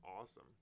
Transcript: awesome